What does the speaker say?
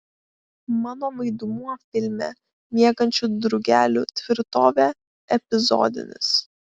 mano vaidmuo filme miegančių drugelių tvirtovė epizodinis